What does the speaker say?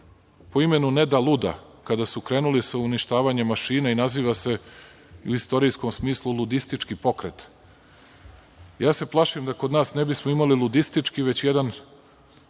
po imenu „ne da luda“, kada su krenuli sa uništavanjem mašina i naziva se u istorijskom smislu ludistički pokret. Plašim se da kod nas ne bismo imali ludistički već jedan